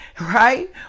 right